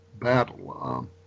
battle